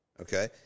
Okay